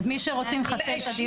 את מי שרוצה לחסל את הדיור הציבורי.